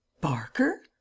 Barker